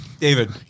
David